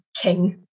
king